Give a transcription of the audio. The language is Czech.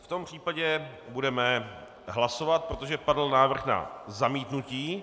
V tom případě budeme hlasovat, protože padl návrh na zamítnutí.